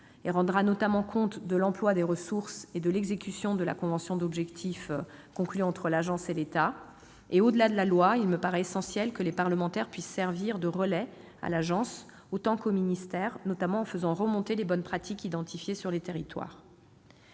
et rendra notamment compte de l'emploi de ses ressources et de l'exécution de la convention d'objectifs conclue entre l'Agence et l'État. Enfin, au-delà de la loi, il me paraît essentiel que les parlementaires puissent servir de relais à l'Agence autant qu'au ministère, notamment en faisant remonter les bonnes pratiques identifiées dans les territoires.